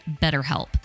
BetterHelp